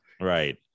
Right